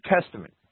Testament